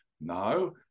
No